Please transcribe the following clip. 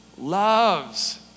loves